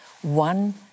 one